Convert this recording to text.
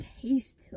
taste